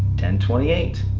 ten twenty eight,